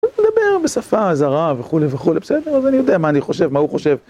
הוא מדבר בשפה זרה וכו' וכו', בסדר? אז אני יודע מה אני חושב, מה הוא חושב.